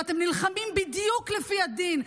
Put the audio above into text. ואתם נלחמים בדיוק לפי הדין,